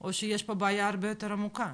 או שיש פה בעיה הרבה יותר עמוקה,